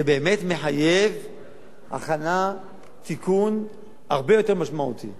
זה באמת מחייב הכנה, תיקון הרבה יותר משמעותי,